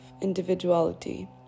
individuality